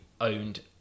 owned